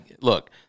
look